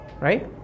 right